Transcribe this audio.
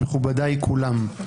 מכובדיי כולם,